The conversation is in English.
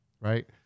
right